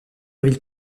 villes